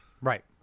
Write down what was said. Right